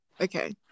Okay